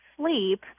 sleep